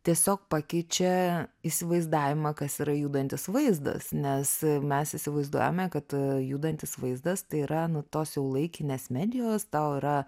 tiesiog pakeičia įsivaizdavimą kas yra judantis vaizdas nes mes įsivaizduojame kad judantis vaizdas tai yra nu tos jau laikinės medijos tau yra